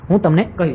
હું તમને કહીશ